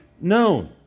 known